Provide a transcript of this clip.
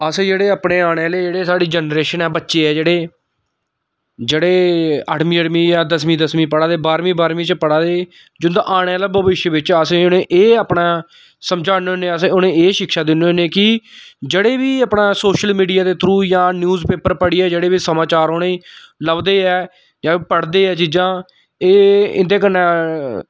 अस जेह्ड़े अपने आने आह्ले जेह्ड़े साढ़ी जनरेशन ऐ बच्चे ऐ जेह्ड़े जेह्ड़े अठमीं अठमीं जां दसमीं दसमी पढ़ा दे बाह्रमीं बाह्मीं च पढ़ा दे जि'ंदा आने आह्ले भविष्य बिच अस उनें एह् अपना समझाने होन्ने अस उनें एह् शिक्षा दिन्ने होन्ने कि जेह्ड़े बीना सोशल मीडिया दे थ्रू जां न्यूज पेपर पढ़ियै जेह्ड़े बी समाचार उनेंगी लभदे ऐ जां पढ़दे ऐ चीजां एह् इंदे कन्नै